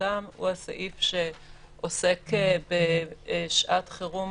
הוא הסעיף שעוסק בשעת חירום,